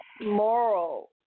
moral